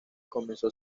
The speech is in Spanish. comenzó